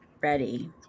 ready